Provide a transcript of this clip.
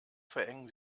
verengen